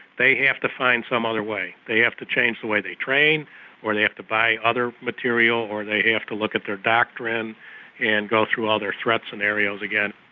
they have to find some other way. they have to change the way they train or they have to buy other material or they have to look at their doctrine and go through all their threat scenarios again.